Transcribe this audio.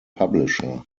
publisher